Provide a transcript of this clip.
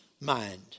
Mind